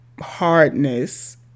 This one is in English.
hardness